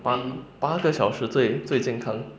八个八个小时最最健康